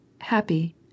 happy